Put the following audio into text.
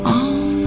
on